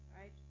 right